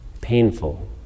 painful